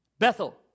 Bethel